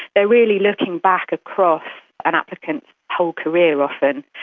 but really looking back across an applicant's whole career often.